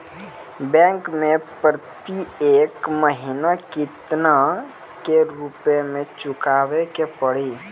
Bank मैं प्रेतियेक महीना किस्तो के रूप मे चुकाबै के पड़ी?